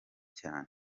cyane